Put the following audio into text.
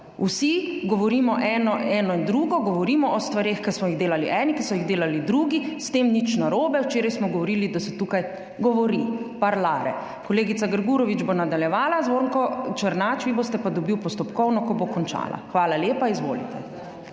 Vsi govorimo eno in drugo, govorimo o stvareh, ki smo jih delali eni, ki so jih delali drugi, s tem ni nič narobe, včeraj smo govorili, da se tukaj govori, parlare. Kolegica Grgurevič bo nadaljevala. Zvonko Černač, vi boste pa dobili postopkovno, ko bo končala. Hvala lepa. Izvolite.